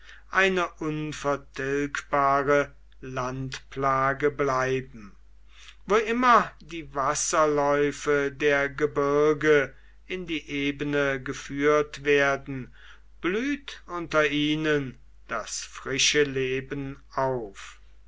eine unvertilgbare landplage bleiben wo immer die wasserläufe der gebirge in die ebene geführt werden blüht unter ihnen das frische leben auf